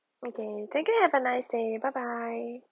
okay thank you have a nice day bye bye